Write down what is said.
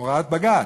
זאת הוראת בג"ץ,